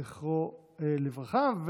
זכרו לברכה,